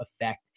effect